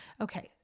Okay